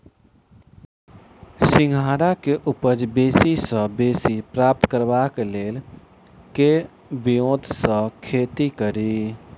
सिंघाड़ा केँ उपज बेसी सऽ बेसी प्राप्त करबाक लेल केँ ब्योंत सऽ खेती कड़ी?